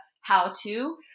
how-to